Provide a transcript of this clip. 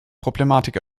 problematik